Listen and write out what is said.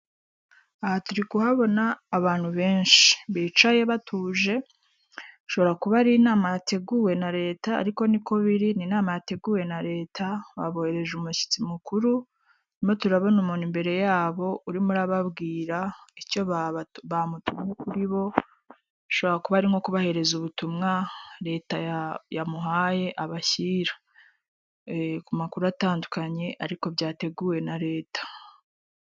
Aya ni amazu afite akayira karimo hagati y'amazu hejuru hashakaje amabati, aya mazu biragaragara ko ari kwa muganga.